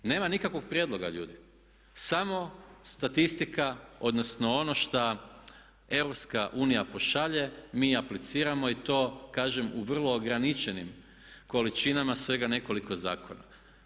Nema nikakvog prijedloga ljudi, samo statistika, odnosno ono šta EU pošalje mi apliciramo i to kažem u vrlo ograničenim količinama svega nekoliko zakona.